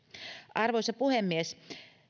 arvoisa puhemies